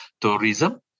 tourism